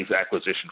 acquisition